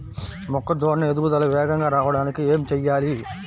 మొక్కజోన్న ఎదుగుదల వేగంగా రావడానికి ఏమి చెయ్యాలి?